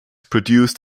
produced